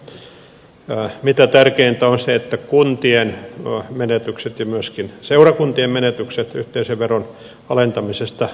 se mikä on tärkeintä on se että kuntien menetykset ja myöskin seurakuntien menetykset yhteisöveron alentamisessa korvataan